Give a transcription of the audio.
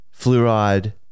Fluoride